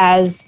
as